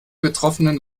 betroffenen